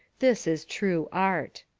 this is true art.